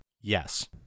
Yes